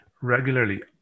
regularly